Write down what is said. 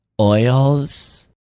oils